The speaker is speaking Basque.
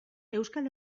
euskal